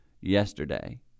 yesterday